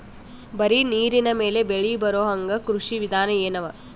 ಬರೀ ನೀರಿನ ಮೇಲೆ ಬೆಳಿ ಬರೊಹಂಗ ಕೃಷಿ ವಿಧಾನ ಎನವ?